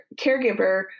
caregiver